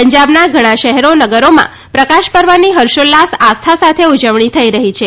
પંજાબના ઘણા શહેરો નગરોમાં પ્રકાશ પર્વની ફર્ષોલ્લાસ આસ્થા સાથે ઉજવણી થઈ રહી છે